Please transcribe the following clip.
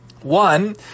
One